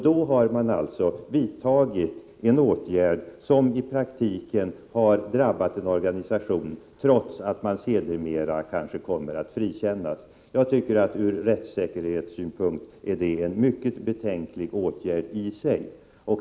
Då har man alltså vidtagit en åtgärd, som i praktiken har drabbat en organisation, trots att den sedermera kanske kommer att frikännas. Jag tycker att detta från rättssäkerhetssynpunkt är en mycket betänklig åtgärd i sig.